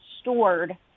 stored